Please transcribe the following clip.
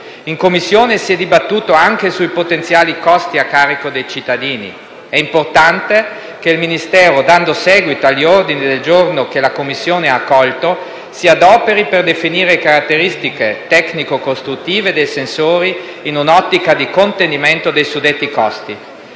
In Commissione si è dibattuto anche sui potenziali costi a carico dei cittadini. È importante che il Ministero, dando seguito agli ordini del giorno che la Commissione ha accolto, si adoperi per definire caratteristiche tecnico-costruttive dei sensori in un'ottica di contenimento dei suddetti costi.